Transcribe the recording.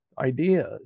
ideas